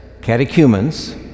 catechumens